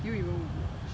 do you even watch